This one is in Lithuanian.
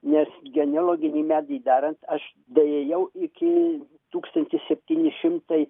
nes genealoginį medį darant aš daėjau iki tūkstantis septyni šimtai